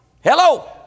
Hello